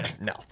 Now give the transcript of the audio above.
No